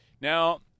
Now